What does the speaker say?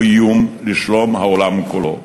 הוא איום על שלום העולם כולו.